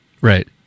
Right